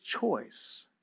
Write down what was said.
choice